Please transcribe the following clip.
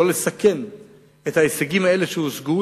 לא לסכן את ההישגים האלה שהושגו,